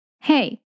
hey